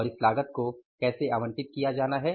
और इस लागत को कैसे आवंटित किया जाना है